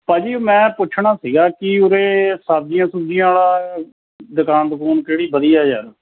ਭਾਅ ਜੀ ਮੈਂ ਪੁੱਛਣਾ ਸੀਗਾ ਕਿ ਉਰੇ ਸਬਜ਼ੀਆਂ ਸੁਬਜ਼ੀਆਂ ਵਾਲਾ ਦੁਕਾਨ ਦਕੂਨ ਕਿਹੜੀ ਵਧੀਆ ਯਾਰ